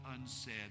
unsaid